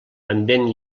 pendent